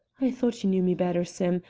i thought you knew me better, sim.